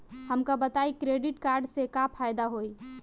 हमका बताई credit card से का फायदा होई?